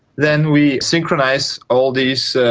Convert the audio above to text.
then we synchronise all these